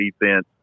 defense